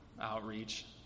outreach